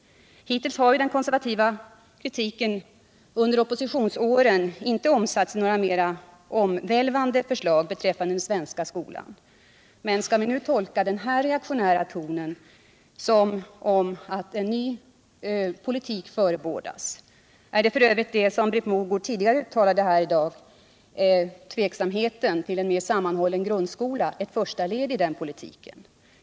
Hittills har den konservativa kritiken under oppositionsåren inte omsatts i några mer omvälvande förslag beträffande den svenska skolan. Men skall vi tolka den här reaktionära tonen som att en ny politik förebådas? Är f. ö. det som Britt Mogård uttalade här tidigare i dag — tveksamheten till en mer sammanhållen grundskola — ett första led i den politiken?